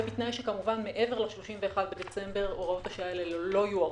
ובתנאי שכמובן מעבר ל-31 בדצמבר הוראות השעה האלה לא יוארכו,